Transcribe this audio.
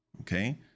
Okay